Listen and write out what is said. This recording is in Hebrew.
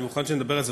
אני מוכן שנדבר על זה.